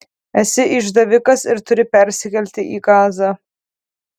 esi išdavikas ir turi persikelti į gazą